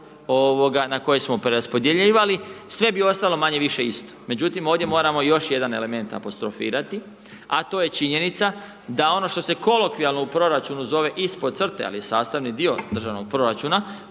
na koje smo preraspodjeljivali, sve bi ostalo manje-više isto. Međutim, ovdje moramo još jedan element apostrofirati a to je činjenica, da ono što se kolokvijalno u proračunu zove ispod crte, ali je sastavni dio državnog proračuna,